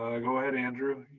go ahead, andrew.